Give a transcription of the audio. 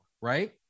right